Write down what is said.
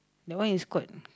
that one is called